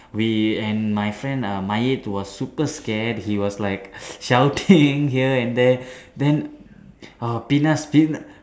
we and my friend um Mayet was super scared he was like shouting here and there then uh Penas Penas